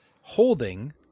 holding